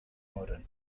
moren